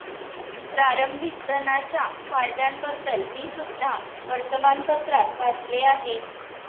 प्रारंभिक धनाच्या फायद्यांबद्दल मी सुद्धा वर्तमानपत्रात वाचले आहे